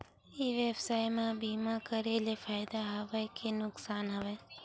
ई व्यवसाय म बीमा करे ले फ़ायदा हवय के नुकसान हवय?